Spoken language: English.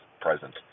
present